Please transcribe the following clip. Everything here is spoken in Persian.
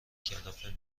کلافه